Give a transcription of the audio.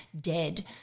dead